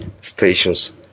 stations